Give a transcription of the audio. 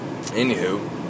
Anywho